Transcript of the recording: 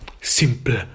simple